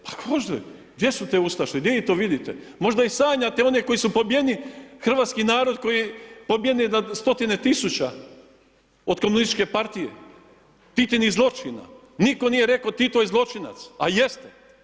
Pa kažite, gdje su te ustaše, gdje ih to vidite, možda ih sanjate one koji su pobijeni hrvatski narod koji pobijen je na stotine tisuća od komunističke partije, Titinih zločina, niko nije reko Tito je zločinac, a jeste.